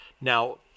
Now